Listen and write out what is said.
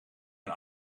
hun